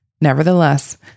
nevertheless